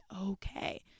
okay